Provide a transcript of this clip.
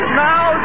now